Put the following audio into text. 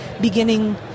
beginning